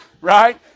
Right